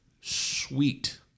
sweet